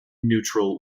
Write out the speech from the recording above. neutral